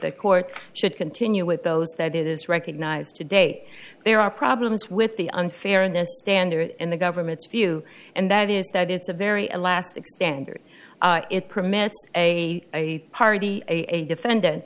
the court should continue with those that it is recognized today there are problems with the unfair and the standard and the government's view and that is that it's a very elastic standard it permits a a party a defendant